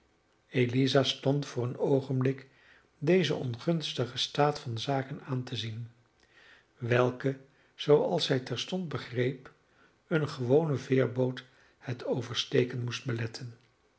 eliza stond voor een oogenblik dezen ongunstigen staat van zaken aan te zien welke zooals zij terstond begreep eene gewone veerboot het oversteken moest beletten